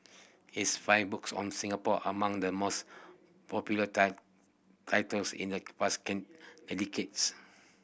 his five books on Singapore among the most popular titles in the past in decades